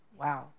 Wow